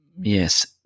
yes